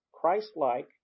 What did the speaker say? Christ-like